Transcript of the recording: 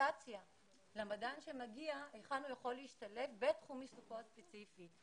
אוריינטציה למדען שמגיע היכן הוא יכול להשתלב בתחום עיסוקו הספציפי.